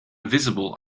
visible